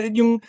yung